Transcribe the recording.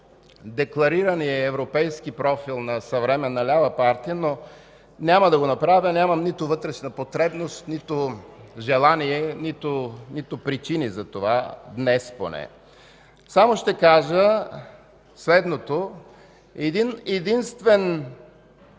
декларирания европейски профил на съвременна лява партия. Няма да го направя! Нямам нито вътрешна подкрепа, нито желание, нито причини за това днес поне. Само ще кажа следното. Един-единствен